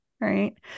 right